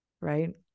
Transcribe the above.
right